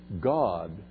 God